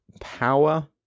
power